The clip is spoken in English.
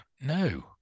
No